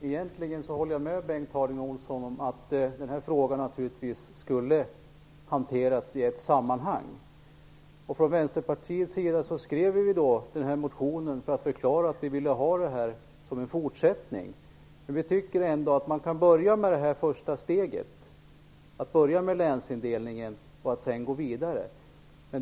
Fru talman! Egentligen håller jag med Bengt Harding Olson om att den här frågan naturligtvis skulle ha hanterats i ett sammanhang. Vi från Vänsterpartiet skrev ju vår motion för att förklara att vi ville se detta som en fortsättning. Vi anser ändå att man kan börja med detta första steg, länsindelningen, för att sedan gå vidare.